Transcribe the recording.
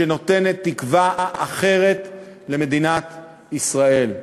שנותנת תקווה אחרת למדינת ישראל.